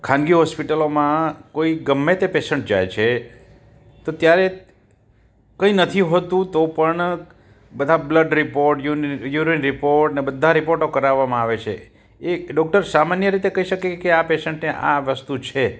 ખાનગી હોસ્પિટલોમાં કોઈ ગમે તે પેશન્ટ જાય છે તો ત્યારે કંઈ નથી હોતું તો પણ બધા બ્લડ રિપોર્ટ યુરીન રિપોર્ટ ને બધા રિપોટો કરાવામાં આવે છે એક ડોક્ટર સામાન્ય રીતે કઈ શકે કે આ પેશન્ટને આ વસ્તુ છે